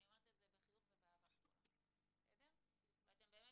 אני אומרת את זה בחיוך ובאהבה גדולה ואתם באמת